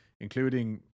including